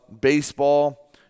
baseball